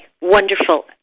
wonderful